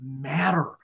matter